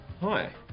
Hi